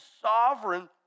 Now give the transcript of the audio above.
sovereign